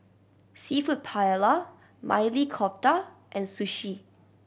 Seafood Paella Maili Kofta and Sushi